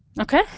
Okay